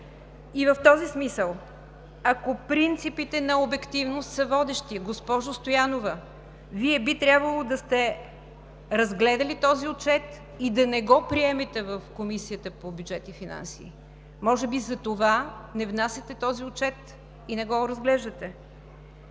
В този смисъл, ако принципите на обективност са водещи, госпожо Стоянова, Вие би трябвало да сте разгледали този отчет и да не го приемете в Комисията по бюджет и финанси. Може би затова не внасяте този отчет и не го разглеждате?!